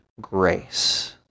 grace